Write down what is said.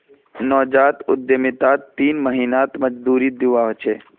नवजात उद्यमितात तीन महीनात मजदूरी दीवा ह छे